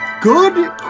Good